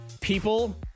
people